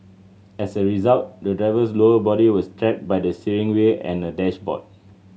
as a result the driver's lower body was trapped by the steering wheel and dashboard